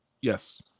Yes